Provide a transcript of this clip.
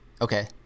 Okay